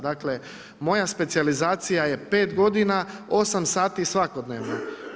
Dakle, moja specijalizacija je 5 g., 8 sati svakodnevno.